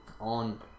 on